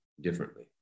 differently